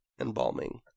Embalming